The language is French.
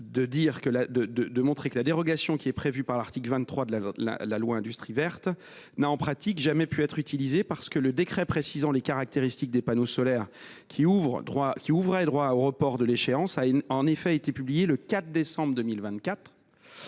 En effet, la dérogation prévue à l’article 23 de la loi Industrie verte n’a, en pratique, jamais pu être utilisée. Le décret précisant les caractéristiques des panneaux solaires ouvrant droit au report de l’échéance a été publié le 4 décembre 2024,